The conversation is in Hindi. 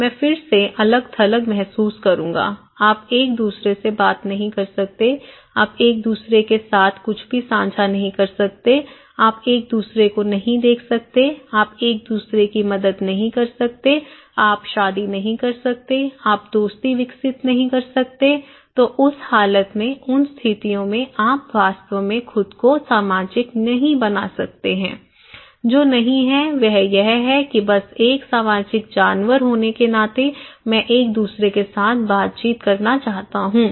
मैं फिर से अलग थलग महसूस करूंगा आप एक दूसरे से बात नहीं कर सकते आप एक दूसरे के साथ कुछ भी साझा नहीं कर सकते आप एक दूसरे को नहीं देख सकते आप एक दूसरे की मदद नहीं कर सकते आप शादी नहीं कर सकते आप दोस्ती विकसित नहीं कर सकते तो उस हालत में उन स्थितियों में आप वास्तव में खुद को सामाजिक नहीं बना सकते हैं जो नहीं है वह यह है कि बस एक सामाजिक जानवर होने के नाते मैं एक दूसरे के साथ बातचीत करना चाहता हूं